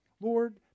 Lord